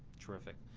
terrific.